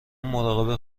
مراقب